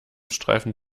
streifen